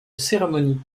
cérémonie